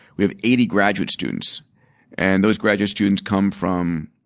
we have eighty graduate students and those graduate students come from